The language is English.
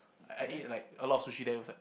I eat like a lot of sushi there was like